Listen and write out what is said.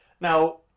now